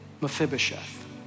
Mephibosheth